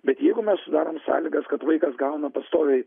bet jeigu mes sudarom sąlygas kad vaikas gauna pastoviai